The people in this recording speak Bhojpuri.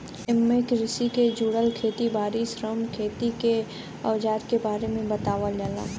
एमे कृषि के जुड़ल खेत बारी, श्रम, खेती के अवजार के बारे में बतावल जाला